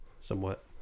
Somewhat